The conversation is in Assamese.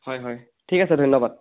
হয় হয় ঠিক আছে ধন্যবাদ